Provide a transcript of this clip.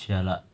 jialat